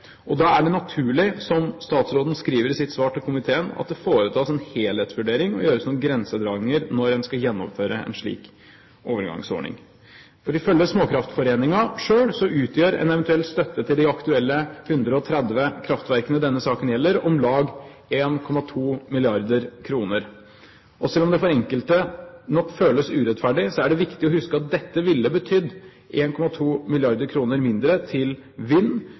og da er det naturlig, som statsråden skriver i sitt svar til komiteen, at det foretas en helhetsvurdering og gjøres noen grensedragninger når en skal gjennomføre en slik overgangsordning. Ifølge Småkraftforeninga selv utgjør en eventuell støtte til de aktuelle 130 kraftverkene denne saken gjelder, om lag 1,2 mrd. kr. Og selv om det for enkelte nok føles urettferdig, er det viktig å huske at dette ville betydd 1,2 mrd. kr mindre til vind-